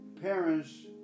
parents